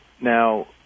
Now